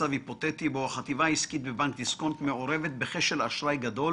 מצב היפותטי בו החטיבה העסקית בבנק דיסקונט מעורבת בכשל אשראי גדול